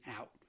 out